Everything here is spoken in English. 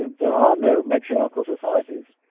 there are no matriarchal societies.